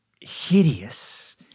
hideous